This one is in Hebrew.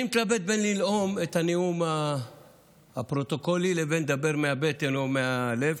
אני מתלבט בין לנאום את הנאום הפרוטוקולי לבין לדבר מהבטן או מהלב,